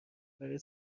برای